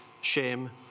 shame